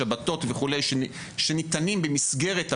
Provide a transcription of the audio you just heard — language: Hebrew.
שבתות שניתנים במסגרת הפנימיה,